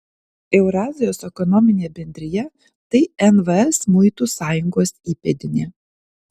eurazijos ekonominė bendrija tai nvs muitų sąjungos įpėdinė